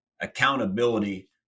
Accountability